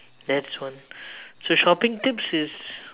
that's one so shopping tips is